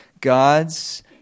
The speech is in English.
God's